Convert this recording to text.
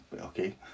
Okay